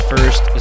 first